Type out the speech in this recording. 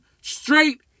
straight